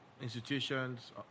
institutions